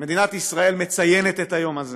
מדינת ישראל מציינת את היום הזה